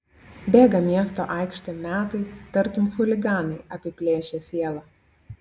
bėga miesto aikštėm metai tartum chuliganai apiplėšę sielą